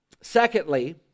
Secondly